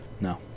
No